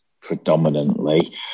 predominantly